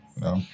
No